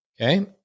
Okay